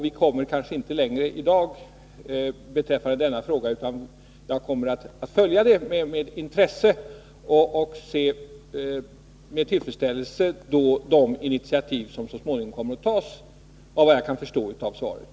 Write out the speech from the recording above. Vi kommer kanske inte längre i dag beträffande denna fråga, men jag kommer att följa den med intresse, och med tillfredsställelse notera de initiativ som så småningom kommer att tas, efter vad jag förstår av svaret.